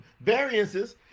variances